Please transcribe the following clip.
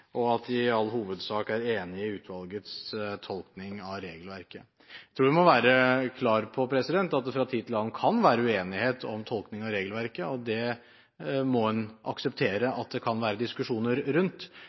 tolkning av regelverket. Jeg tror vi må være klar på at det fra tid til annen kan være uenighet om tolkning av regelverket. Det må man akseptere at det kan være diskusjoner rundt.